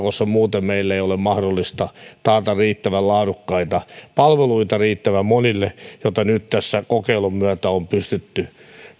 koska muuten meillä ei ole mahdollista taata riittävän laadukkaita palveluita riittävän monille kuten nyt tässä kokeilun myötä on pystytty